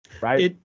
Right